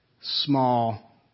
small